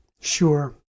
Sure